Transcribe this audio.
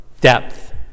depth